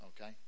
Okay